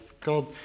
God